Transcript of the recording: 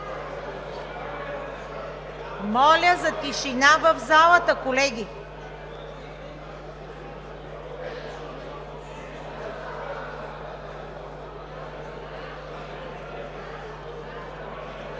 Моля за тишина в залата, колеги!